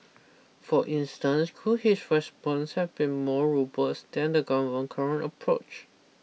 for instance could his response have been more robust than the government current approach